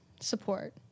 support